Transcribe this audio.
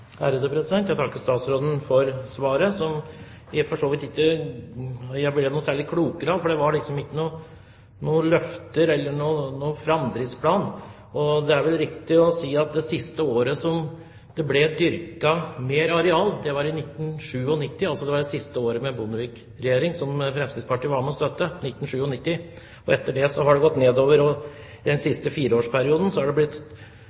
Jeg takker statsråden for svaret, som jeg for så vidt ikke ble noe særlig klokere av, for det var liksom ikke noen løfter eller noen framdriftsplan. Det er vel riktig å si at det siste året som det ble dyrket mer areal, var i 1997 – altså det siste året med Bondevik-regjering som Fremskrittspartiet var med og støttet. Etter det har det gått nedover, og den siste fireårsperioden har arealet blitt